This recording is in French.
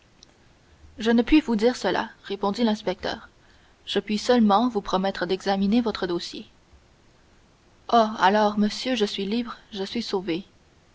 je ne puis vous dire cela répondit l'inspecteur je puis seulement vous promettre d'examiner votre dossier oh alors monsieur je suis libre je suis sauvé